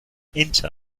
inter